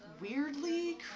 weirdly